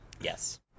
Yes